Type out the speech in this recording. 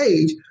age